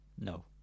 No